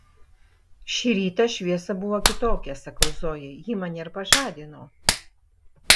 šį rytą šviesa buvo kitokia sakau zojai ji mane ir pažadino